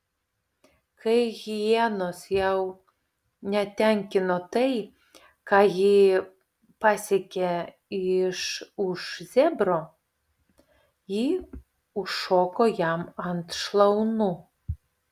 kai hienos jau netenkino tai ką ji pasiekia iš už zebro ji užšoko jam ant šlaunų